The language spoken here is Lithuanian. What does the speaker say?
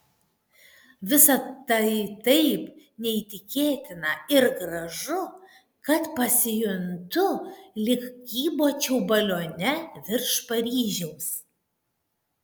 visa tai taip neįtikėtina ir gražu kad pasijuntu lyg kybočiau balione virš paryžiaus